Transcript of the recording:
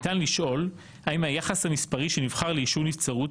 ניתן לשאול האם היחס המספרי שנבחר לאישור נבצרות,